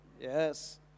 Yes